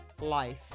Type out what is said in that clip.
life